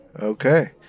Okay